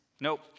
Nope